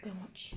go and watch